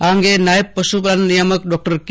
આ અંગે નાયબ પશુપાલન નિયામક ડોક્ટર કે